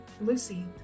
Lucy